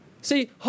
See